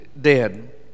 Dead